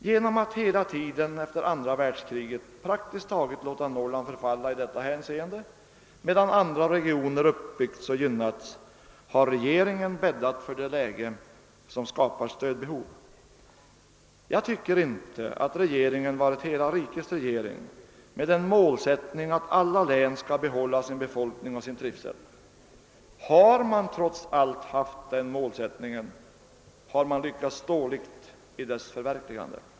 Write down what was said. Genom att hela tiden efter andra världskriget praktiskt taget låta Norrland förfalla i detta hänseende, medan andra regioner uppbyggts och gynnats, har regeringen bäddat för det läge som skapar stödbehov. Jag tycker inte att regeringen varit hela rikets regering med en målsättning att alla län skall behålla sin befolkning och sin trivsel. Har man trots allt haft den målsättningen, har man lyckats dåligt i dess förverkligande.